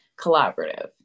collaborative